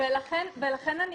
בסדר גמור, ולכן אני